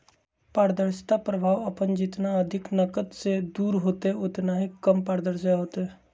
पारदर्शिता प्रभाव अपन जितना अधिक नकद से दूर होतय उतना ही कम पारदर्शी होतय